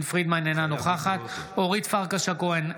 אינה נוכחת אורית פרקש הכהן,